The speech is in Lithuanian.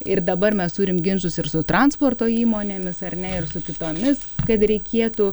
ir dabar mes turim ginčus ir su transporto įmonėmis ar ne ir su kitomis kad reikėtų